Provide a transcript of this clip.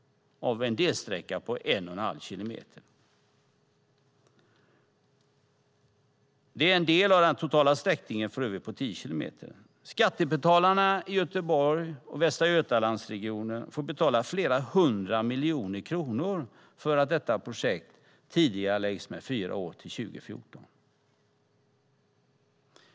Det är en delsträcka på en och en halv kilometer. Det är en del av den totala sträckan på tio kilometer. Skattebetalarna i Göteborg och Västra Götalandsregionen får betala flera hundra miljoner kronor för att detta projekt tidigareläggs med fyra år till 2014.